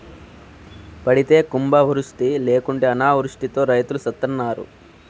పడితే కుంభవృష్టి లేకుంటే అనావృష్టితో రైతులు సత్తన్నారు